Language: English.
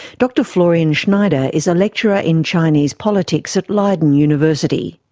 dr florian schneider is a lecturer in chinese politics at leiden university.